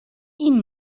این